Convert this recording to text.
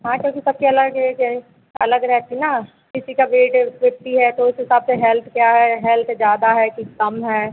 हाँ क्योंकि सबकी अलग एक रेन्ज अलग रहती ना किसी का वेट फिफ़्टी तो उस हिसाब से हेल्थ क्या है हेल्थ ज़्यादा है कि कम है